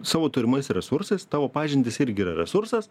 savo turimais resursais tavo pažintys irgi resursas